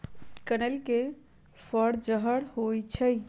कनइल के फर जहर होइ छइ